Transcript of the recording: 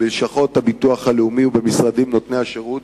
בלשכות הביטוח הלאומי ובמשרדים נותני השירות,